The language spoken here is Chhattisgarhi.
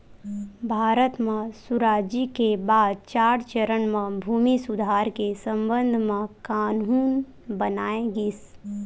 भारत म सुराजी के बाद चार चरन म भूमि सुधार के संबंध म कान्हून बनाए गिस